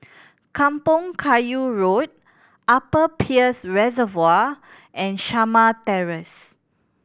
Kampong Kayu Road Upper Peirce Reservoir and Shamah Terrace